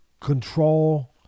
control